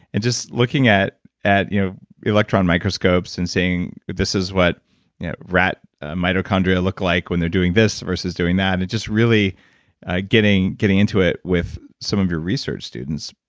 and just looking at at you know electron microscopes and seeing this is what rat ah mitochondria look like when they're doing this versus doing that, and just really getting getting into it with some of your research students,